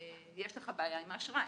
יש לך בעיה עם האשראי.